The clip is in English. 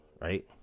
right